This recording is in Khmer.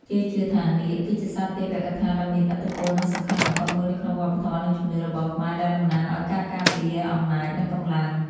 គេជឿថា នាគ គឺជាសត្វទេវកថាដ៏មានឥទ្ធិពល និងសំខាន់បំផុតមួយនៅក្នុងវប្បធម៌ និងជំនឿរបស់ខ្មែរ ដែលតំណាងឱ្យការការពារ អំណាច និងកម្លាំង។